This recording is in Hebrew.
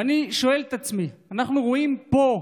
ואני שואל את עצמי: אנחנו רואים פה,